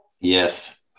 yes